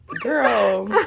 girl